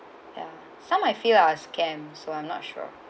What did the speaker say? ya some I feel are scam so I'm not sure